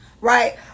Right